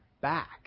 back